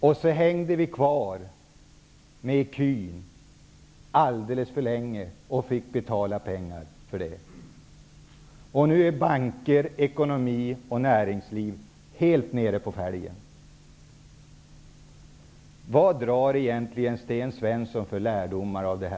Vi hängde kvar vid ecun alldeles för länge och fick också betala för det. Nu går banker, ekonomi och näringsliv helt på fälgarna. Vilken lärdom drar Sten Svensson egentligen av detta?